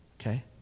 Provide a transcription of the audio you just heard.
Okay